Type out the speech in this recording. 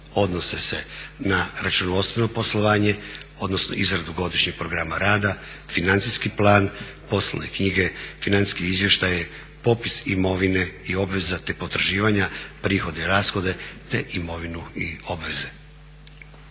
odnose se na računovodstveno poslovanje, odnosno izradu godišnjeg programa rada, financijski plan, poslovne knjige, financijski izvještaji, popis imovine i obveza te potraživanja, prihode i rashode te imovinu i obveze.